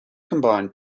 combine